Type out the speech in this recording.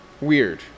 weird